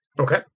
okay